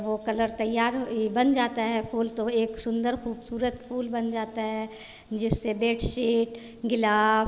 वह कलर तैयार बन जाता है फूल तो एक सुन्दर खूबसूरत फूल बन जाता है जिससे बेडशीट गिलास